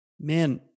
man